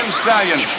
stallion